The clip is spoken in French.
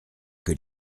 que